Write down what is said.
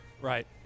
Right